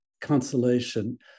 consolation